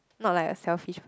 not like a selfish